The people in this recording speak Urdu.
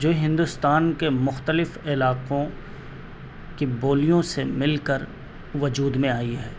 جو ہندوستان کے مختلف علاقوں کی بولیوں سے مل کر وجود میں آئی ہے